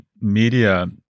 media